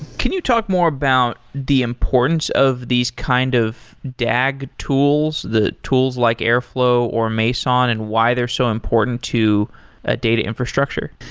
can you talk more about the importance of these kind of dag tools, the tools like airflow or meson and why they're so important to a data infrastructure?